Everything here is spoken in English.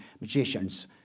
magicians